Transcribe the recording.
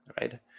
right